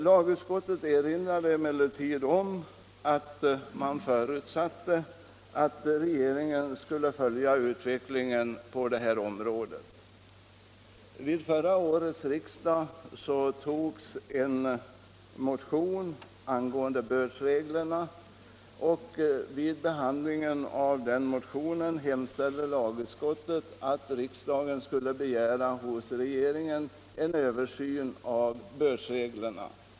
Lagutskottet erinrade emellertid om att man förutsatte att regeringen skulle följa utvecklingen på det här området. Vid förra årets riksdag togs en motion angående bördsreglerna. Vid behandlingen av den motionen hemställde lagutskottet att riksdagen hos regeringen skulle begära en översyn av bördsreglerna.